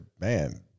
man